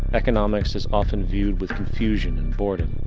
economics is often viewed with confusion and boredom.